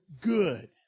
good